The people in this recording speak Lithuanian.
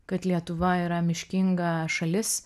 kad lietuva yra miškinga šalis